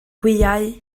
wyau